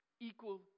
Equal